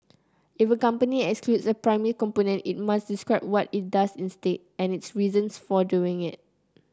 if a company excludes a primary component it must describe what it does instead and its reasons for doing it